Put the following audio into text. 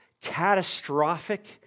catastrophic